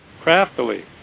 Craftily